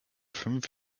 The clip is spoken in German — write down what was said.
fünf